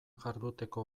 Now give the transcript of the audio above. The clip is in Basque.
jarduteko